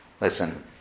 listen